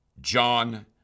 John